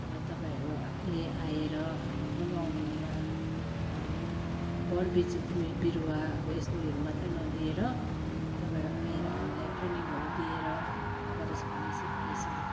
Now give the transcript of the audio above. तपाईँहरूले आएर आफ्नो आफ्नो गाउँ घरमा वर बीज बिरुवा अब यस्तो उयोहरू मात्रै नदिएर तपाईँहरू आएर हामीलाई ट्रेनिङहरू दिएर गरोस् भन्ने सिफारिसहरू छ